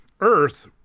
Earth